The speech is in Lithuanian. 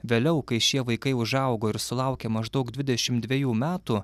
vėliau kai šie vaikai užaugo ir sulaukė maždaug dvidešimt dvejų metų